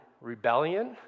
rebellion